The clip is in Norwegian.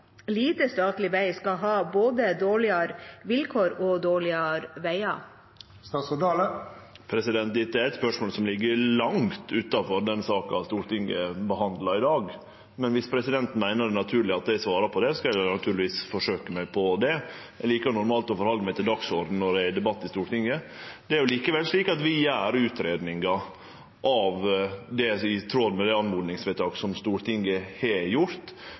lite statlig vei, skal ha både dårligere vilkår og dårligere veier? Dette er eit spørsmål som ligg langt utanfor den saka Stortinget behandlar i dag. Men viss presidenten meiner det er naturleg at eg svarar på det, skal eg naturlegvis forsøke meg på det. Eg likar normalt å halde meg til dagsordenen når det er debatt i Stortinget. Det er slik at vi gjer utgreiingar i tråd med det oppmodingsvedtaket som Stortinget har gjort,